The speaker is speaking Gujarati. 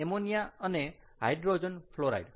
એમોનિયા અને હાઈડ્રોજન ફ્લોરાઈડ